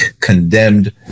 condemned